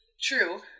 True